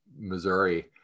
Missouri